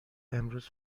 امروز